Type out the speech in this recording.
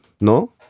no